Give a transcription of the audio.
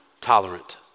tolerant